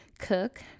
cook